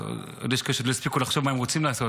יש כאלה שעוד לא הספיקו לחשוב מה הם רוצים לעשות,